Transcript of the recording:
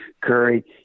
Curry